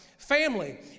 Family